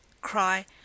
cry